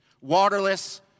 Waterless